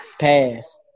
pass